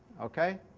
okay,